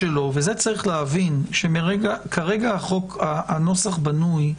להבין, שכרגע הנוסח בנוי כך,